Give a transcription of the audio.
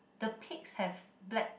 the pigs have black